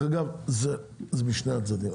זה משני הצדדים.